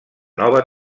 nova